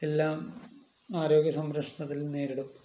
എല്ലാം ആരോഗ്യ സംരക്ഷണത്തിൽ നേരിടും